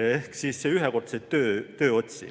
ehk ühekordseid tööotsi.